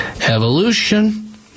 Evolution